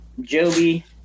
Joby